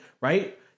right